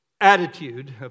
attitude